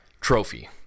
trophy